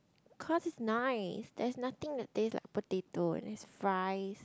cause it's nice there's nothing that tastes like potato and there's fries